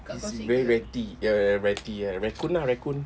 he's very ratty ya ya ya ratty ah raccoon ah raccoon